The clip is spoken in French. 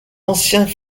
anciennes